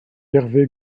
hervé